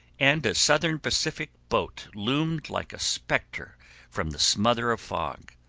and a southern pacific boat loomed like a specter from the smother of fog.